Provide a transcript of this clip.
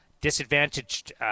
disadvantaged